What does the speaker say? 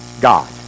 God